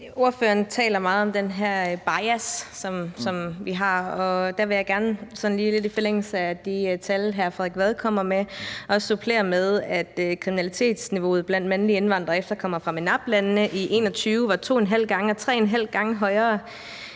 Ordføreren taler meget om den her bias, som vi har. Og der vil jeg gerne lige i forlængelse af de tal, som hr. Frederik Vad kom med, supplere med, at kriminalitetsniveauet blandt mandlige indvandrere og efterkommere fra MENAPT-landene i 2021 var to en halv gange og tre en halv gange højere